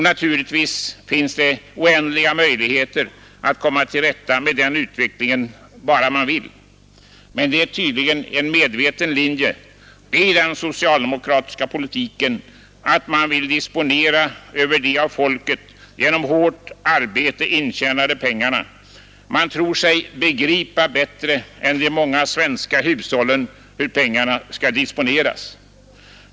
Naturligtvis finns det många möjligheter att komma till rätta med den utvecklingen, bara man vill. Men det är tydligen en medveten linje i den socialdemokratiska politiken att man vill disponera över de av folket genom hårt arbete intjänade pengarna. Man tror sig begripa bättre än de många svenska hushållen hur pengarna skall disponeras.